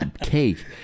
cake